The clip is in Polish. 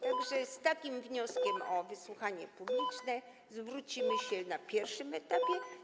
Tak że z takim wnioskiem o wysłuchanie publiczne zwrócimy się na pierwszym etapie.